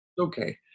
Okay